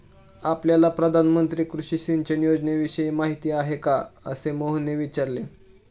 आपल्याला प्रधानमंत्री कृषी सिंचन योजनेविषयी माहिती आहे का? असे मोहनने विचारले